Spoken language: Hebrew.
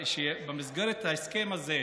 במסגרת ההסכם הזה,